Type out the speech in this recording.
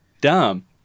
dumb